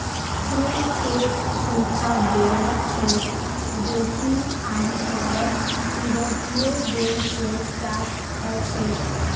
prune एक सूखा बेर छेक जो कि आमतौरत यूरोपीय बेर से प्राप्त हछेक